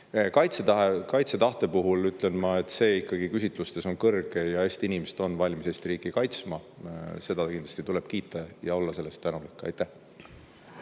Kaitsetahte puhul ütlen ma, et see küsitlustes on ikkagi kõrge ja Eesti inimesed on valmis Eesti riiki kaitsma. Seda kindlasti tuleb kiita ja olla selle eest tänulik. Aitäh!